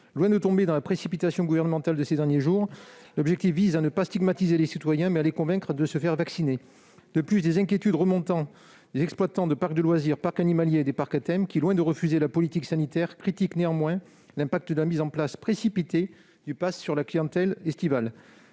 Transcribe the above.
Loin de tomber dans la précipitation gouvernementale de ces derniers jours, les auteurs de cet amendement entendent ne pas stigmatiser les citoyens, mais les convaincre de se faire vacciner. De plus, des inquiétudes remontent des exploitants de parcs de loisirs, de parcs animaliers et de parcs à thèmes, qui, loin de refuser la politique sanitaire, critiquent néanmoins l'impact de la mise en place précipitée du passe sur leur clientèle estivale.